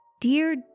Dear